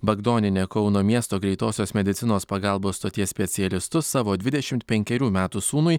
bagdonienė kauno miesto greitosios medicinos pagalbos stoties specialistus savo dvidešimt penkerių metų sūnui